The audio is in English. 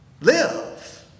Live